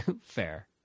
Fair